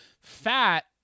fat